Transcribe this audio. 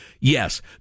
Yes